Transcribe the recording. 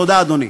תודה, אדוני.